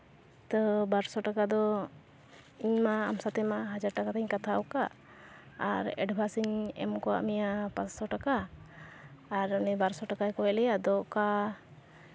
ᱛᱳ ᱵᱟᱨᱚᱥᱚ ᱴᱟᱠᱟ ᱫᱚ ᱤᱧ ᱢᱟ ᱟᱢ ᱥᱟᱛᱮᱜ ᱢᱟ ᱦᱟᱡᱟᱨ ᱴᱟᱠᱟ ᱛᱤᱧ ᱠᱟᱛᱷᱟ ᱟᱠᱟᱫ ᱟᱨ ᱮᱰᱵᱷᱟᱱᱥ ᱤᱧ ᱮᱢ ᱜᱚᱫ ᱟᱫ ᱢᱮᱭᱟ ᱯᱟᱸᱥᱥᱳ ᱴᱟᱠᱟ ᱟᱨ ᱩᱱᱤ ᱵᱟᱨᱚᱥᱚ ᱴᱟᱠᱟᱭ ᱠᱚᱭ ᱮᱫ ᱞᱮᱭᱟ ᱟᱫᱚ ᱚᱠᱟ